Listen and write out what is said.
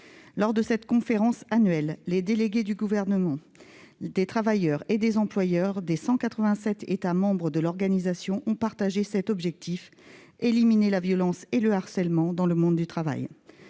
Lors de cette conférence annuelle, les délégués des gouvernements, des travailleurs et des employeurs des 187 États membres de l'OIT ont déclaré viser le même objectif : éliminer la violence et le harcèlement dans le monde du travail.